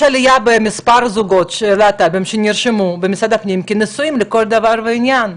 עלייה במספר זוגות הלהט"בים שנרשמו במשרד הפנים כנשואים לכל דבר ועניין.